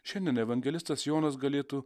šiandien evangelistas jonas galėtų